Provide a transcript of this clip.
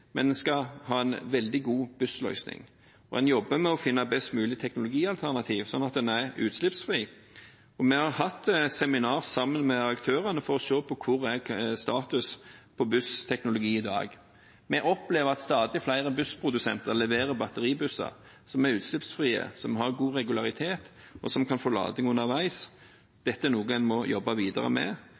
skal ha en veldig god bussløsning, og en jobber med å finne best mulig teknologialternativ sånn at den er utslippsfri. Vi har hatt seminar sammen med aktørene for å se på status på bussteknologi i dag. Vi opplever at stadig flere bussprodusenter leverer batteribusser som er utslippsfrie, som har god regularitet, og som kan få lading underveis. Dette er noe en må jobbe videre med, ikke bare i Stavanger, men så mange steder som mulig. Suksessen Norge har med